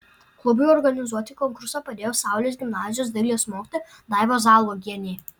klubui organizuoti konkursą padėjo saulės gimnazijos dailės mokytoja daiva zalogienė